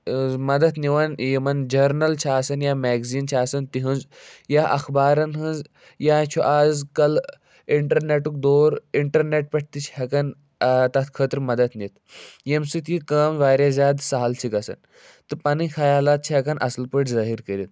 مدتھ نِوان یِمَن جرنَل چھِ آسان یا میٚکزیٖن چھِ آسان تِہٕنٛز یا اَخبارَن ہٕنٛز یا چھُ آز کَل اِنٛٹَرنٮ۪ٹُک دور اِنٹَرنٮ۪ٹ پٮ۪ٹھ تہِ چھِ ہٮ۪کان تَتھ خٲطرٕ مدتھ نِتھ ییٚمہِ سۭتۍ یہِ کٲم واریاہ زیادٕ سہل چھِ گژھان تہٕ پَنٕنۍ خیالات چھِ ہٮ۪کان اَصٕل پٲٹھۍ ظٲہِر کٔرِتھ